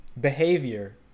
behavior